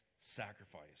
sacrifice